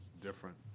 different